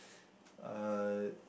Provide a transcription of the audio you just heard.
uh